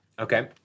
Okay